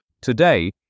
Today